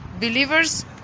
believers